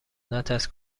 نترس